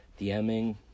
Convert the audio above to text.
DMing